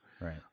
Right